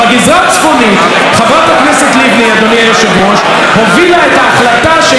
בגזרה הצפונית חברת הכנסת לבני הובילה את ההחלטה שהיא